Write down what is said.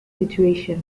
situation